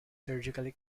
surgically